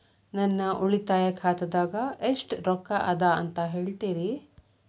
ನನ್ನ ಉಳಿತಾಯ ಖಾತಾದಾಗ ಎಷ್ಟ ರೊಕ್ಕ ಅದ ಅಂತ ಹೇಳ್ತೇರಿ?